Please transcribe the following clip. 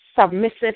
Submissive